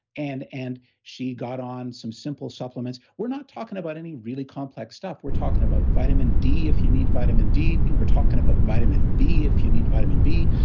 and and she got on some simple supplements. we're not talking about any really complex stuff, we're talking about vitamin d, if you need vitamin d, and we're talking about vitamin b if you need vitamin b,